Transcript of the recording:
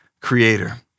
creator